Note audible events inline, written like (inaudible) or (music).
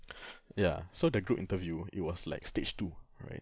(breath) ya so the group interview it was like stage two right